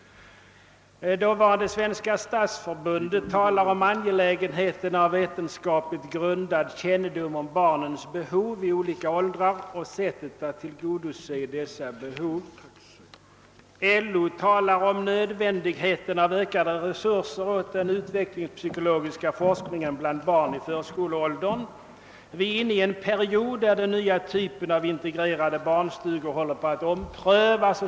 Dåvarande Svenska stadsförbundet talar om angelägenheten av vetenskapligt grundad kännedom om barns behov i olika åldrar och sättet att tillgodose dessa behov. LO talar om nödvändigheten av ökade resurser åt den utvecklingspsykologiska forskningen bland barn i förskoleåldern, eftersom vi är inne i en period där den nya typen av integrerad barnstuga håller på att prövas.